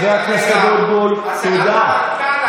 למה, הייתה רק לחרדים?